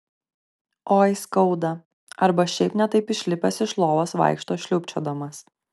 oi skauda arba šiaip ne taip išlipęs iš lovos vaikšto šlubčiodamas